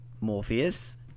Morpheus